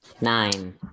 Nine